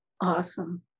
Awesome